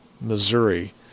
Missouri